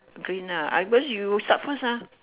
green ah I first you start first ah